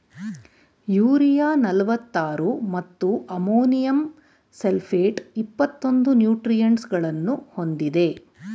urea ನಲ್ವತ್ತಾರು ಮತ್ತು ammonium sulphate ಇಪ್ಪತ್ತೊಂದು ನ್ಯೂಟ್ರಿಯೆಂಟ್ಸಗಳನ್ನು ಹೊಂದಿದೆ